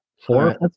Four